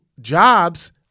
Jobs